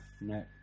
No